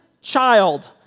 child